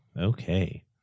Okay